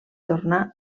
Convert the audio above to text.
tornar